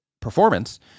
performance